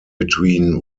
between